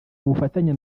bufatanye